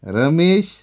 Ramesh